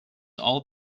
all